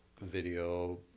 video